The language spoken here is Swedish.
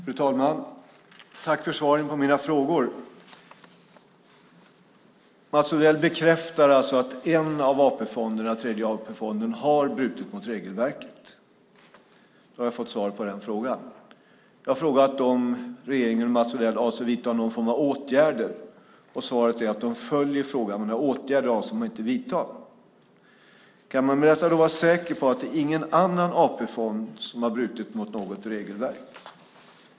Fru talman! Jag tackar statsrådet för svaren på mina frågor. Mats Odell bekräftar att en av AP-fonderna, Tredje AP-fonden, har brutit mot regelverket. Jag fick alltså svar på den frågan. Jag har också frågat om regeringen och Mats Odell avser att vidta någon form av åtgärder. Svaret är att man följer frågan, men några åtgärder avser man inte att vidta. Kan man då vara säker på att inte någon annan AP-fond har brutit mot något regelverk?